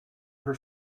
her